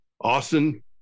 Austin